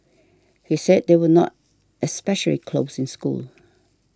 he said they were not especially close in school